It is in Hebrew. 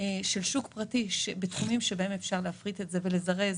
של שוק פרטי בתחומים שבהם אפשר להפריט את זה ולזרז